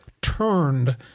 turned